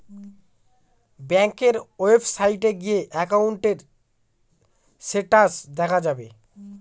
ব্যাঙ্কের ওয়েবসাইটে গিয়ে একাউন্টের স্টেটাস দেখা যাবে